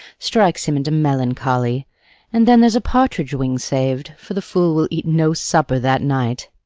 strikes him into melancholy and then there's a partridge wing saved, for the fool will eat no supper that night.